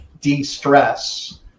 de-stress